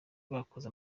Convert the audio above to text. bakoze